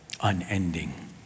unending